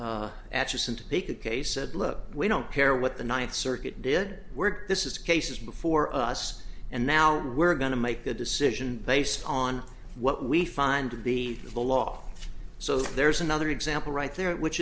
look we don't care what the ninth circuit did work this is cases before us and now we're going to make a decision based on what we find to be the law so there's another example right there which